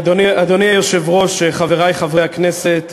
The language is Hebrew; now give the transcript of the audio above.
אדוני היושב-ראש, חברי חברי הכנסת,